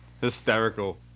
Hysterical